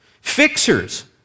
Fixers